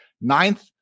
ninth